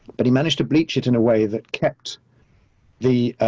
but he managed to bleach it in a way that kept the